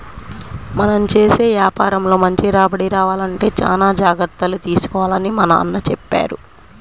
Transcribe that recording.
మనం చేసే యాపారంలో మంచి రాబడి రావాలంటే చానా జాగర్తలు తీసుకోవాలని మా నాన్న చెప్పారు